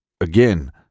again